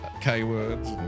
K-words